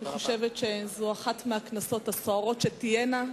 אני חושבת שזו אחת מהכנסות הסוערות שתהיינה,